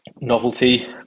novelty